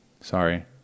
Sorry